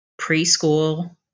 preschool